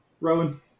Rowan